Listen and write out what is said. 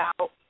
out